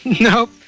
nope